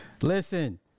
Listen